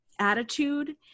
attitude